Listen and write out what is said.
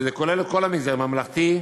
זה כולל את כל המגזרים: ממלכתי,